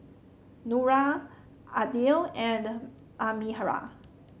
Nura Aidil and Amirah